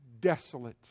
desolate